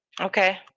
okay